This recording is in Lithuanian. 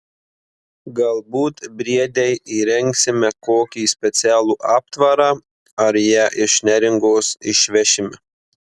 galbūt briedei įrengsime kokį specialų aptvarą ar ją iš neringos išvešime